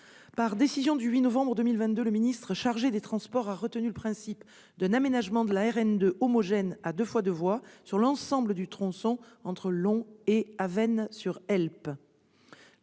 par décision du 8 novembre 2022, le ministre chargé des transports a retenu le principe d'un aménagement de la RN2 homogène à 2x2 voies sur l'ensemble du tronçon entre Laon et Avesnes-sur-Helpe.